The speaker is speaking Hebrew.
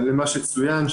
למה שצוין,